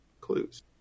Clues